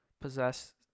possess